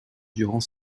durant